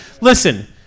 listen